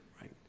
right